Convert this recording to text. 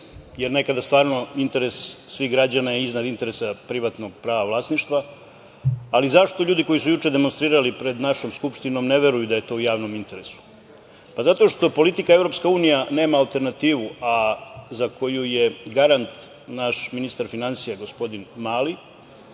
jer nekada je stvarno interes svih građana iznad interesa privatnog prava vlasništva. Ali, zašto ljudi koji su juče demonstrirali pred našom Skupštinom ne veruju da je to u javnom interesu? Zato što politika "Evropska unija nema alternativu", a za koju je garant naš ministar finansija gospodin Mali,